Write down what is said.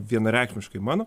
vienareikšmiškai mano